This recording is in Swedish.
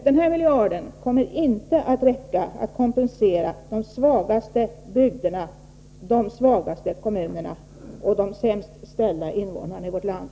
Denna miljard kommer inte att räcka till för att kompensera de svagaste bygderna, de svagaste kommunerna och de sämst ställda invånarna i vårt land.